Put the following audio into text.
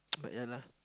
but yeah lah